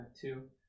two